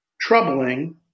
troubling